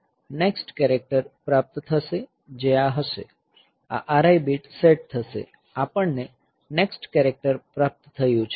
next character પ્રાપ્ત થશે જે આ હશે આ RI બીટ સેટ થશે આપણને નેક્સ્ટ કેરેક્ટર પ્રાપ્ત થયું છે